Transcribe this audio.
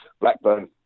Blackburn